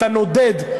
אתה "נודד",